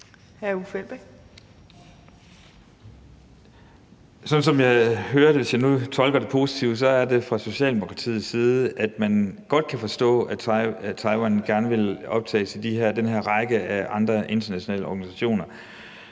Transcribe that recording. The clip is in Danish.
Hr. Uffe Elbæk.